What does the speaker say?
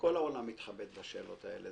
העולם מתחבט בשאלות האלה,